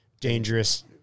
dangerous